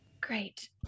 Great